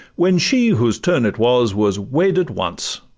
when she, whose turn it was, was wed at once,